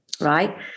right